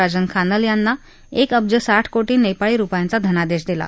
राजन खानल यांना एक अब्ज साठ कोटी नप्राळी रुपयांचा धनादप्रधिदला